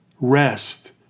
rest